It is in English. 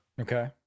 Okay